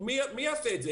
מי יעשה את זה?